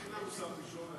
אין לנו שר תקשורת,